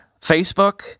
Facebook